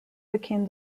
became